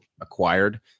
acquired